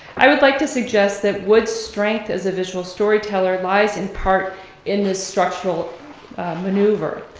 i would like to suggest that wood's strength as a visual storyteller lies in part in this structural maneuver.